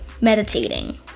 meditating